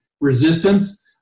resistance